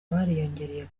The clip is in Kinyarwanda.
bariyongereye